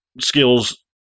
skills